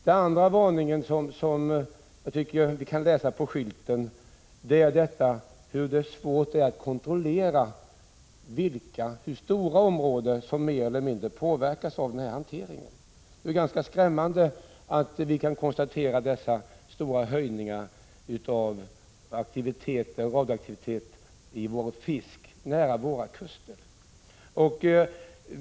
Den andra varningen som kan avläsas på skylten är att det är svårt att kontrollera hur stora områden som mer eller mindre påverkas av denna hantering. Det är ganska skrämmande att vi kan konstatera dessa stora höjningar av radioaktivitet i fisken nära våra kuster.